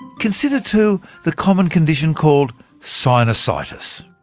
consider too the common condition called sinusitis.